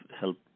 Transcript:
help